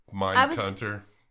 Mindhunter